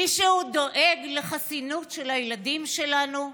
מישהו דואג לחסינות של הילדים שלנו?